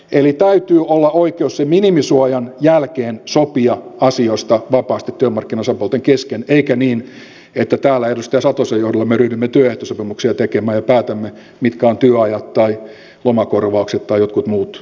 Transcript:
eli täytyy olla oikeus sen minimisuojan jälkeen sopia asioista vapaasti työmarkkinaosapuolten kesken eikä niin että täällä edustaja satosen johdolla me ryhdymme työehtosopimuksia tekemään ja päätämme mitkä ovat työajat tai lomakorvaukset tai jotkut muut edut